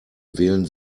wählen